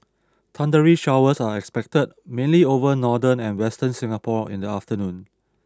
thundery showers are expected mainly over northern and western Singapore in the afternoon